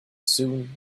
soon